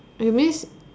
you means